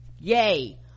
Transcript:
yay